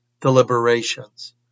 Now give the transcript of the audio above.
deliberations